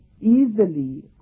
easily